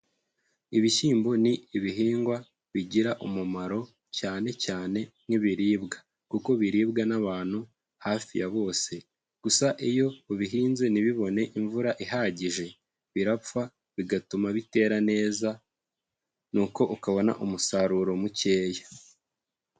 Ibishyimbo ni ibihingwa bigira umumaro cyane cyane nk'ibiribwa, kuko biribwa n'abantu hafi ya bose, gusa iyo ubihinze ntibibone imvura ihagije birapfa bigatuma bitera neza, nuko ukabona umusaruro mukeya.